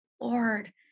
Lord